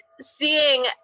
seeing